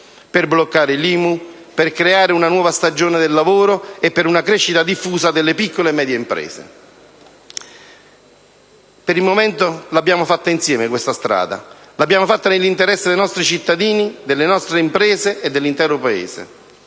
per bloccare l'IMU, per creare una nuova stagione del lavoro e per una crescita diffusa delle piccole e medie imprese. Per il momento questa strada l'abbiamo percorsa insieme, nell'interesse dei nostri cittadini, delle nostre imprese e dell'intero Paese.